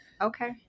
Okay